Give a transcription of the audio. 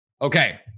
Okay